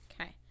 okay